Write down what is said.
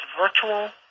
virtual